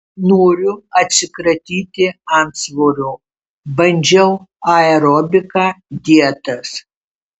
noriu atsikratyti antsvorio bandžiau aerobiką dietas